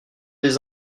des